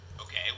Okay